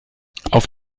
auf